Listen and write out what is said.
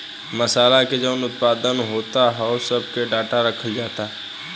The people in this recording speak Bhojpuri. मासाला के जवन उत्पादन होता ओह सब के डाटा रखल जाता